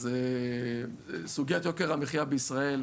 אז סוגיית יוקר המחיה בישראל,